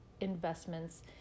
investments